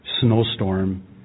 snowstorm